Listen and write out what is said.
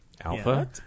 alpha